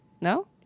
No